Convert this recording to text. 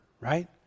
right